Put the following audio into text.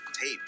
tape